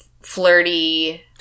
flirty